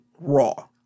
Raw